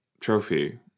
trophy